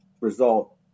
result